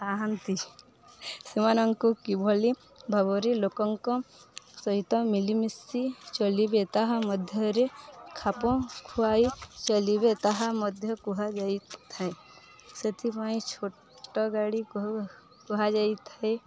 ପାହାନ୍ତି ସେମାନଙ୍କୁ କିଭଳି ଭାବରେ ଲୋକଙ୍କ ସହିତ ମିଳିମିଶି ଚଲିବେ ତାହା ମଧ୍ୟରେ ଖାପ ଖୁଆଇ ଚଳିବେ ତାହା ମଧ୍ୟ କୁହାଯାଇଥାଏ ସେଥିପାଇଁ ଛୋଟ ଗାଡ଼ି କୁହାଯାଇଥାଏ